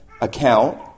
account